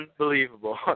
Unbelievable